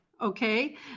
Okay